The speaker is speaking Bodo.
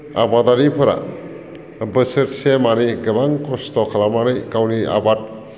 आबादारिफोरा बोसोरसे मानि गोबां कस्त' खालामनानै गावनि आबाद